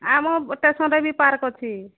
ଆମ ଷ୍ଟେସନ୍ରେ ବି ପାର୍କ ଅଛି